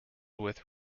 with